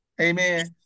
Amen